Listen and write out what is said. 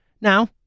Now